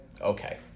okay